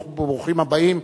ברוכים הבאים,